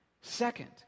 Second